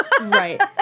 Right